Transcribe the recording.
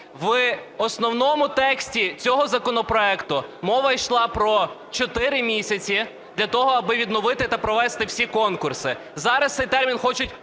В основному тексті цього законопроекту мова йшла про 4 місяці для того, аби відновити та провести всі конкурси. Зараз цей термін хочуть продовжити